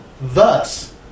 thus